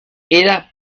era